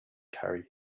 carry